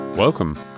Welcome